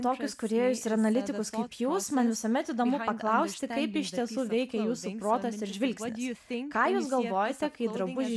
tokius kūrėjus ir analitikus kaip jūs man visuomet įdomu paklausti kaip iš tiesų veikia jūsų protas ir žvilgsnis ką jūs galvojate kai drabužį